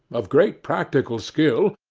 of great practical skill,